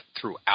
throughout